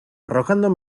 arrojando